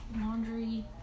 laundry